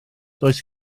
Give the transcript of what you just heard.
does